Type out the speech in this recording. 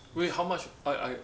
wait how much I I